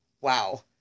Wow